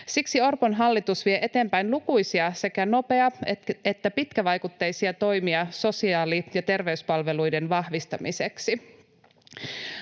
Siksi Orpon hallitus vie eteenpäin lukuisia sekä nopea- että pitkävaikutteisia toimia sosiaali- ja terveyspalveluiden vahvistamiseksi: